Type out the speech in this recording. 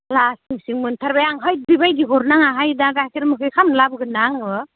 लासिंसिं मोनथारबाय आं हैद बेबायदि हरनाङाहाय दा गाइखेर मोखै खामनो लाबोगोन ना आङो